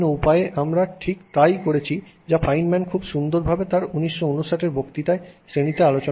বিভিন্ন উপায়ে আমরা ঠিক তাই করছি যা ফাইনম্যান খুব সুন্দরভাবে তাঁর 1959 এর বক্তৃতায় রেখেছিলেন